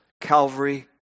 Calvary